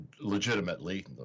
legitimately